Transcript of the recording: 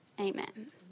Amen